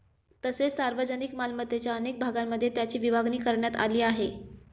तसेच सार्वजनिक मालमत्तेच्या अनेक भागांमध्ये त्याची विभागणी करण्यात आली आहे